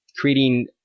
creating